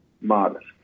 modest